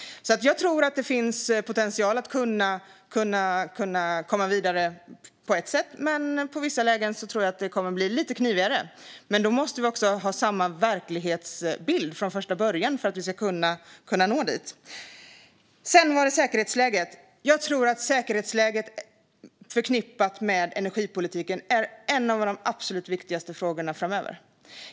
Jag tror att det på ett sätt finns potential att kunna komma vidare, men på vissa andra sätt tror jag att det kommer att bli lite knivigare. Vi måste ha samma verklighetsbild från första början för att kunna nå fram dit. Sedan var det frågan om säkerhetsläget. Jag tror att säkerhetsläget förknippat med energipolitiken är en av de absolut viktigaste frågorna framöver.